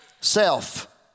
Self